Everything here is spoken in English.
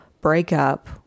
breakup